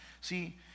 See